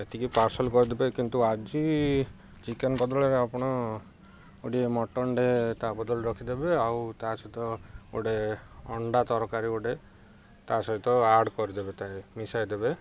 ଏତିକି ପାର୍ସଲ କରିଦେବେ କିନ୍ତୁ ଆଜି ଚିକେନ ବଦଳରେ ଆପଣ ଗୋଟିଏ ମଟନଟେ ତା ବଦଳରେ ରଖିଦେବେ ଆଉ ତା ସହିତ ଗୋଟେ ଅଣ୍ଡା ତରକାରୀ ଗୋଟେ ତା ସହିତ ଆଡ୍ କରିଦେବେ ତା ମିଶାଇଦେବେ